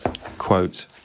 Quote